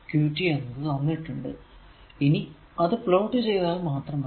Qt എന്നത് തന്നിട്ടുണ്ട് ഇനി അത് പ്ലോട്ട് ചെയ്താൽ മാത്രം മതി